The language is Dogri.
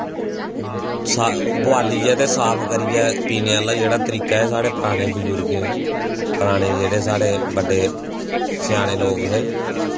बोआलियै ते साफ करियै पीने ओह्ला जेह्ड़ा तरीका ऐ साढ़े पराने बजुर्गें पराने जेह्ड़े साढ़े स्याने लोग हे